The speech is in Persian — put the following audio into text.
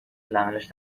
العملش